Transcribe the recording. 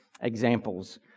examples